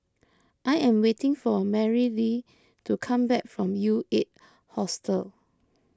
I am waiting for Marylee to come back from U eight Hostel